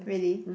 really